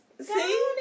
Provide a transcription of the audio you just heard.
see